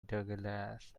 douglas